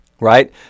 right